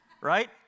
Right